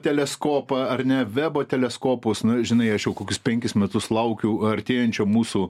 teleskopą ar ne vebo teleskopus nu žinai aš jau kokius penkis metus laukiau artėjančio mūsų